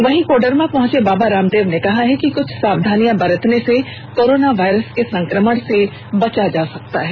वहीं कोडरमा पहुंचे बाबा रामदेव ने कहा है कि कुछ सावधानियां बरतने से कोरोना वायरस के संक्रमण से बचा जा सकता है